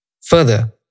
Further